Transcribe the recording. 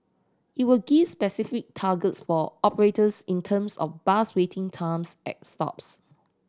it will give specific targets for operators in terms of bus waiting times at stops